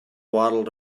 waddled